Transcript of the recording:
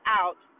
out